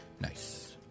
Nice